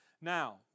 Now